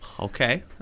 Okay